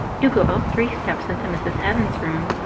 you go up three steps into mrs. heaven's room,